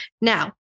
Now